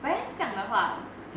but then 这样的话